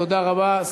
תודה רבה.